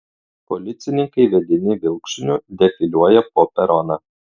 policininkai vedini vilkšuniu defiliuoja po peroną